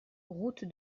route